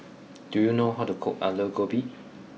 do you know how to cook aloo gobi